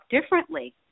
differently